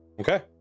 Okay